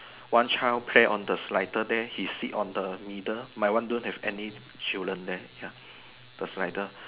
one child pair on the slider there he sit on the middle my one don't have any children there ya the slider